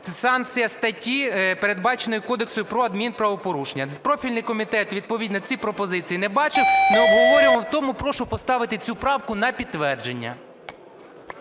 санкція статті, передбачена Кодексом про адмінправопорушення. Профільний комітет відповідно ці пропозиції не бачив, не обговорював. Тому прошу поставити цю правку на підтвердження.